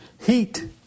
Heat